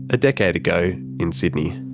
a decade ago, in sydney.